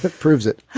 proves it.